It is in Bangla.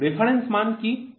রেফারেন্স মান কি